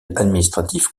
administratif